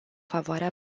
favoarea